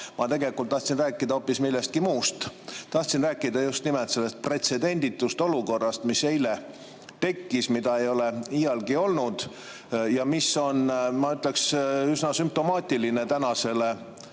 ma tegelikult tahtsin rääkida hoopis millestki muust. Tahtsin rääkida just nimelt sellest pretsedenditust olukorrast, mis eile tekkis, mida varem ei ole iialgi olnud ja mis on, ma ütleksin, üsna sümptomaatiline tänasele